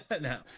no